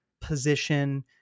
position